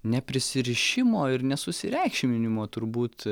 neprisirišimo ir nesusireikšminimo turbūt